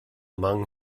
among